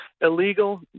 Illegal